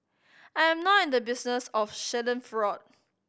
I am not in the business of schadenfreude